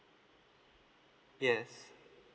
yes